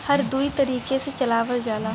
हर दुई तरीके से चलावल जाला